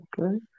Okay